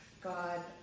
God